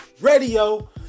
radio